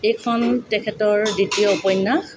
এইখন তেখেতৰ দ্বিতীয় উপন্যাস